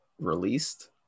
released